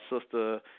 sister